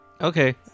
Okay